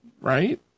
Right